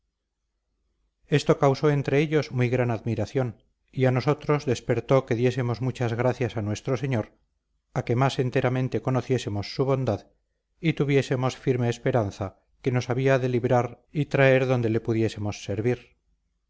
esto causó entre ellos muy gran admiración y a nosotros despertó que diésemos muchas gracias a nuestro señor a que más enteramente conociésemos su bondad y tuviésemos firme esperanza que nos había de librar y traer donde le pudiésemos servir